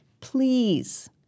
please